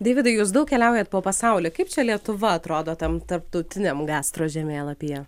deividai jūs daug keliaujat po pasaulį kaip čia lietuva atrodo tam tarptautiniam gastro žemėlapyje